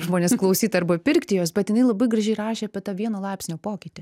žmonės klausyt arba pirkti jos bet jinai labai gražiai rašė apie tą vieno laipsnio pokytį